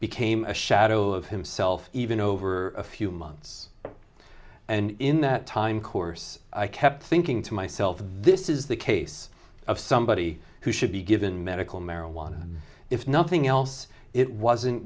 became a shadow of himself even over a few months and in that time course i kept thinking to myself this is the case of somebody who should be given medical marijuana if nothing else it wasn't